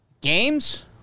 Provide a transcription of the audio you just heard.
Games